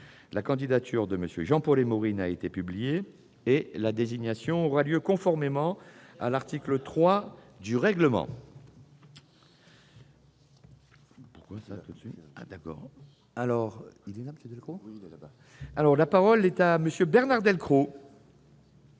La candidature de M. Jean-Paul Émorine a été publiée et la désignation aura lieu conformément à l'article 3 du règlement. Très bon candidat ! La parole est à M. Bernard Delcros.